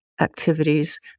activities